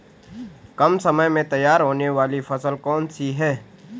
कम समय में तैयार होने वाली फसल कौन सी है?